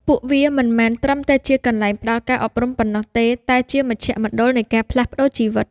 ពួកវាមិនមែនត្រឹមតែជាកន្លែងផ្តល់ការអប់រំប៉ុណ្ណោះទេ តែជាមជ្ឈមណ្ឌលនៃការផ្លាស់ប្តូរជីវិត។